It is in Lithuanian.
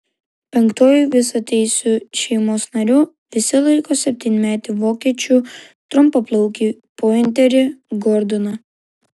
penktuoju visateisiu šeimos nariu visi laiko septynmetį vokiečių trumpaplaukį pointerį gordoną